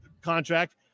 contract